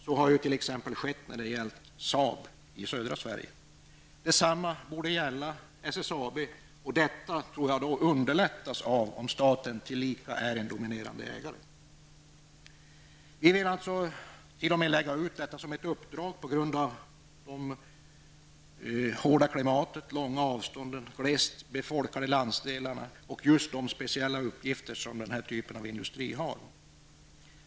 Så har det t.ex. varit när det gäller Saab i södra Sverige. Detsamma borde gälla SSAB. Detta tror jag underlättas om staten tillika är en dominerande ägare. Vi vill t.o.m. lägga ut detta som ett uppdrag på grund av det hårda klimat, de långa avstånden, de glest befolkade landsdelarna och de speciella uppgifter som den här typen av industri har.